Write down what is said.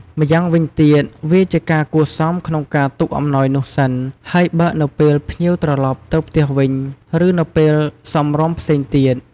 ម្យ៉ាងវិញទៀត វាជាការគួរសមក្នុងការទុកអំណោយនោះសិន ហើយបើកនៅពេលភ្ញៀវត្រឡប់ទៅផ្ទះវិញ ឬនៅពេលសមរម្យផ្សេងទៀត។